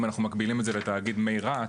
אם אנחנו מקבילים את זה לתאגיד מי רהט,